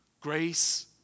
grace